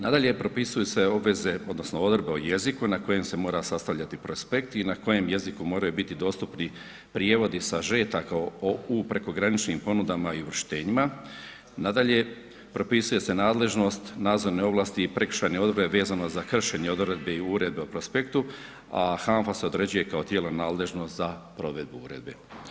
Nadalje, propisuju se obveze odnosno odredbe o jeziku na kojem se mora sastavljati prospekt i na kojem jeziku moraju biti dostupni prijevodi sažetaka o, u prekograničnim ponudama i … [[Govornik se ne razumije]] Nadalje, propisuje se nadležnost, nadzorne ovlasti i prekršajne odredbe vezano za kršenje odredbe i Uredbe o prospektu, a HANFA se određuje kao tijelo nadležno za provedbu uredbe.